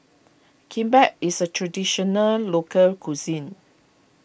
Kimbap is a Traditional Local Cuisine